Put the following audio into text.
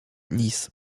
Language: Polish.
lis